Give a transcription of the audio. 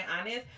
honest